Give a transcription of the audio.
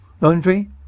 Laundry